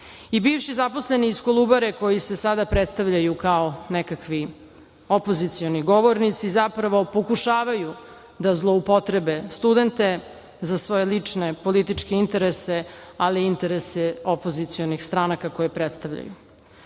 I bivši zaposleni iz "Kolubare" koji se sada predstavljaju kao nekakvi opozicioni govornici zapravo pokušavaju da zloupotrebe studente za svoje lične političke interese, ali i interese opozicionih stranaka koje predstavljaju. Pokušavaju